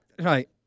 right